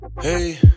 Hey